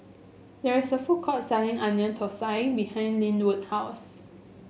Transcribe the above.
there is a food court selling Onion Thosai behind Lynwood house